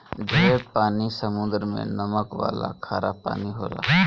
ढेर पानी समुद्र मे नमक वाला खारा पानी होला